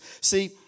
See